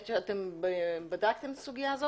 תבדקו את זה.